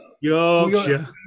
Yorkshire